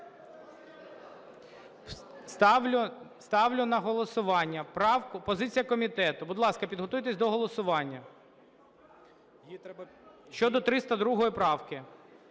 Ставлю на голосування правку... позиція комітету. Будь ласка, підготуйтесь до голосування щодо 302 правки.